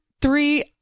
three